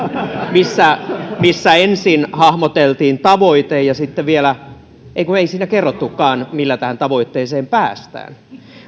missä missä ensin hahmoteltiin tavoite ja sitten vielä ei eihän siinä kerrottukaan millä tähän tavoitteeseen päästään